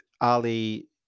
Ali